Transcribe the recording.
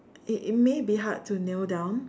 it it may be hard to nail down